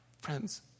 Friends